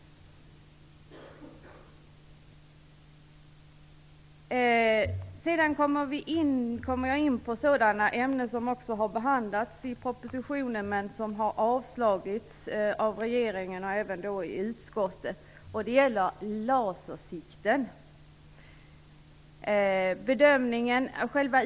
Sedan kommer jag in på sådana ämnen som har behandlats i propositionen men avslagits av regeringen och även av utskottet. Det gäller lasersikten.